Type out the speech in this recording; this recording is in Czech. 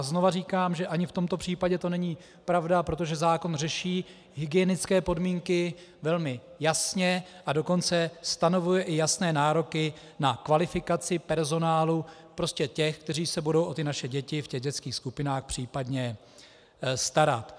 Znovu říkám, že ani v tomto případě to není pravda, protože zákon řeší hygienické podmínky velmi jasně a dokonce stanovuje i jasné nároky na kvalifikaci personálu, prostě těch, kteří se budou o naše děti v dětských skupinách případně starat.